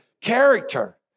Character